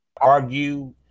argue